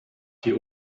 die